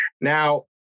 Now